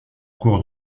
cours